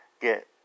get